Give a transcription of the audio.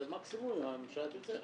מקסימום הממשלה תוציא.